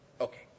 Okay